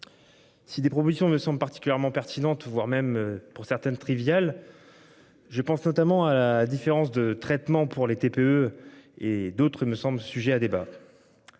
Si des propositions ne sont particulièrement pertinentes, voire même pour certaines trivial. Je pense notamment à la différence de traitement pour les TPE et d'autres me semble sujet à débat.